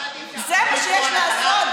זה מה שיש לעשות?